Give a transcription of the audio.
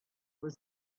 was